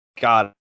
God